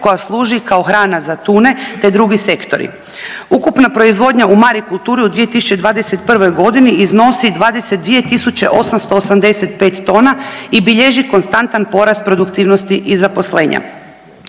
koja služi kao hrana za tune te drugi sektori. Ukupna proizvodnja u marikulturi i 2021. g. iznosi 22 885 tona i bilježi konstantan porast produktivnosti i zaposlenja.